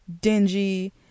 dingy